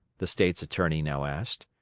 the state's attorney now asked.